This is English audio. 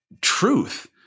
truth